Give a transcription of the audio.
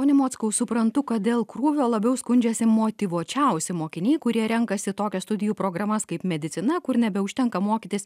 pone mockau suprantu kad dėl krūvio labiau skundžiasi motyvuočiausi mokiniai kurie renkasi tokias studijų programas kaip medicina kur nebeužtenka mokytis